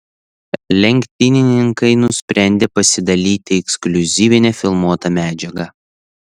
lenktynininkai nusprendė pasidalyti ekskliuzyvine filmuota medžiaga